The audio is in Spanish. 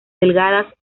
delgadas